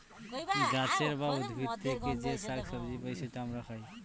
গাছের বা উদ্ভিদ থেকে যে শাক সবজি পাই সেটা আমরা খাই